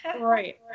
right